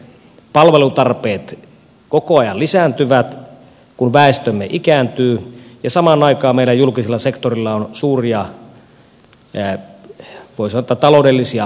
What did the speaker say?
palvelutarpeet koko ajan lisääntyvät kun väestömme ikääntyy ja samaan aikaan meidän julkisella sektorilla on suuria voi sanoa taloudellisia haasteita